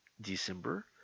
December